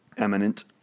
Eminent